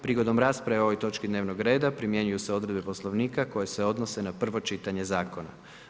Prigodom rasprave o ovoj točki dnevnog reda primjenjuju se odredbe Poslovnika koje se odnose na prvo čitanje zakona.